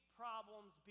problems